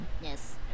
Yes